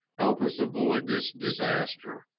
help us avoid this disaster.